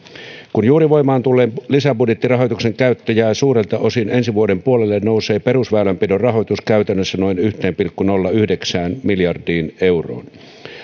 kun juuri voimaan tulleen lisäbudjettirahoituksen käyttö jää suurelta osin ensi vuoden puolelle nousee perusväylänpidon rahoitus käytännössä noin yksi pilkku nolla yhdeksän miljardiin euroon